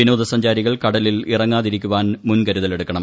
വിനോദ സഞ്ചാരികൾ കടലിൽ ഇറങ്ങാതിരിക്കുവാൻ മുൻകരുതലുകളെടുക്കണം